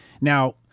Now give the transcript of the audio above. now